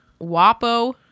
wapo